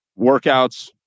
workouts